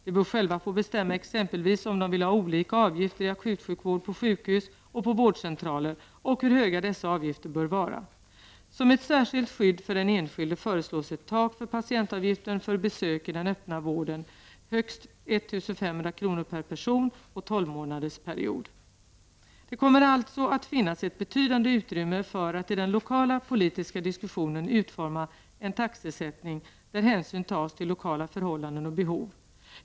De bör själva få bestämma exempelvis om de vill ha olika avgifter i akutsjukvården på sjukhus och på vårdcentraler och hur höga dessa avgifter bör vara. Som ett särskilt skydd för den enskilde föreslås ett tak för patientavgiften för besök i den öppna vården, nämligen högst 1 500 kr. per person och 12 Det kommer alltså att finnas ett betydande utrymme för att i den lokala politiska diskussionen utforma en taxesättning, där hänsyn tas till lokala förhållanden och behov.